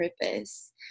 purpose